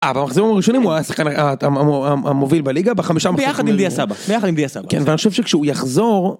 במחזורים הראשונים הוא היה ה ה ה ה המוביל בליגה בחמישה מחזורים, ביחד עם דיא סבע, ואני חושב שכשהוא יחזור..